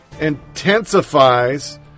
intensifies